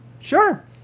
Sure